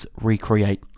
recreate